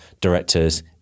directors